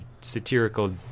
satirical